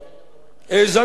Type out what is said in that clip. האזנתי לדבריו.